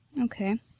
Okay